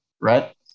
right